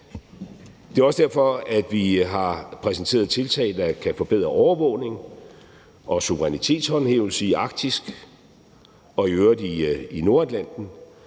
Det er også derfor, vi her har præsenteret tiltag, der kan forbedre overvågning og suverænitetshåndhævelse i Arktis og i øvrigt i Nordatlanten,